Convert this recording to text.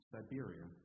Siberia